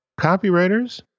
copywriters